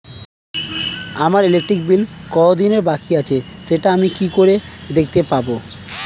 আমার electric bill কত দিনের বাকি আছে সেটা আমি কি করে দেখতে পাবো?